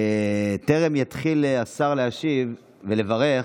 טרם יתחיל חבר הכנסת כהן להשיב ולברך,